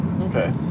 Okay